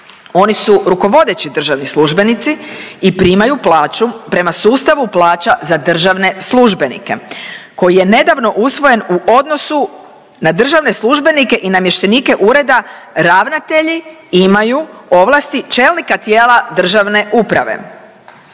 Oni su rukovodeći državni službenici i primaju plaću prema sustavu plaća za državne službenike koji je nedavno usvojen u odnosu na državne službenike i namještenike ureda ravnatelji imaju ovlasti čelnika tijela državne uprave.